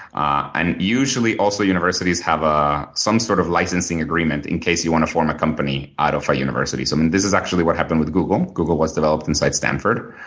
and usually also universities have ah some sort of licensing agreement in case you want to form a company out of a university. so this is actually what happened with google. google was developed inside stanford,